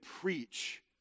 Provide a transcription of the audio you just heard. preach